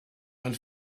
and